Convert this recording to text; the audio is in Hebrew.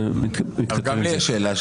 גם לי יש שאלה.